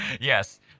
Yes